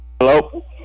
Hello